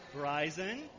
Verizon